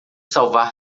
salvar